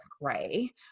gray